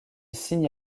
signe